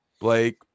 Blake